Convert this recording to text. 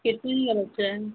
कितने यह बच्चा है